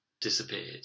disappeared